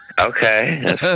Okay